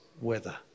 weather